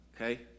okay